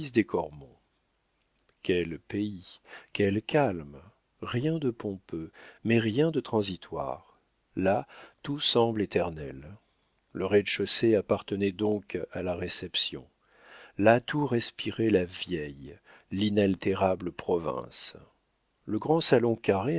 cormon quelle paix quel calme rien de pompeux mais rien de transitoire là tout semble éternel le rez-de-chaussée appartenait donc à la réception là tout respirait la vieille l'inaltérable province le grand salon carré